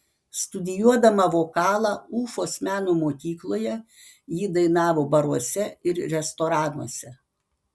studijuodama vokalą ufos meno mokykloje ji dainavo baruose ir restoranuose